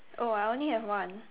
oh I only have one